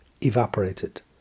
evaporated